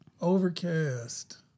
Overcast